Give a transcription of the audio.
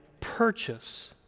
purchase